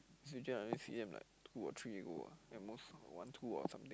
switch in until C_M like two or three ago at most one two or something